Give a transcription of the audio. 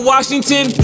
Washington